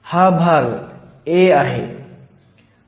हा भाग a आहे